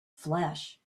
flesh